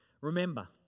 Remember